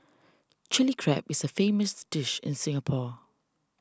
Chilli Crab is a famous dish in Singapore